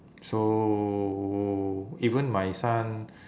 so even my son